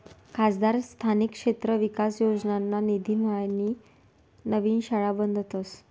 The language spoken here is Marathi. खासदार स्थानिक क्षेत्र विकास योजनाना निधीम्हाईन नवीन शाळा बांधतस